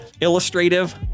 illustrative